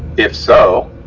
if so,